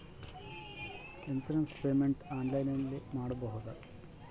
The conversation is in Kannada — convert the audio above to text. ಇನ್ಸೂರೆನ್ಸ್ ಪೇಮೆಂಟ್ ಆನ್ಲೈನಿನಲ್ಲಿ ಮಾಡಬಹುದಾ?